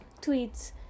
tweets